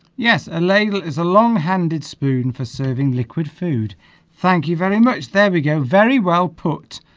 yes a lathe is a long handed spoon for serving liquid food thank you very much there we go very well put